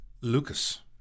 Lucas